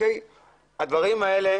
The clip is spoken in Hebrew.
הדברים האלה